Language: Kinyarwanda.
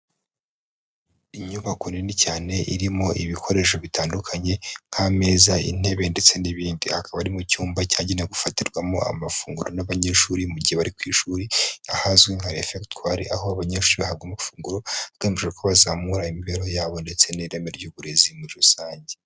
Inyubako nini cyane irimo ibikoresho bitandukanye, nk'ameza, intebe ndetse n'ibindi, hakaba ari mu cyumba cyagenewe gufatirwamo amafunguro n'abanyeshuri mu, gihe bari ku ishuri ahazwi nka refegitwari, aho abanyeshuri bahabwa amafunguro agamije ko bazamura imibereho yabo, ndetse n'ireme ry'uburezi muri rusange.